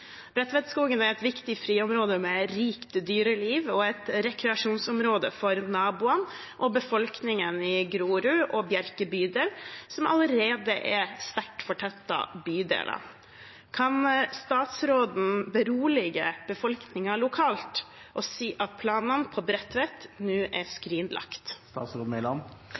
Bredtvetskogen er et viktig friområde med rikt dyreliv og et rekreasjonsområde for naboene og befolkningen i Grorud og Bjerke bydel, som allerede er sterkt fortettet. Kan statsråden berolige befolkningen lokalt og si at planene på Bredtvet er skrinlagt?»